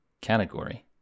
category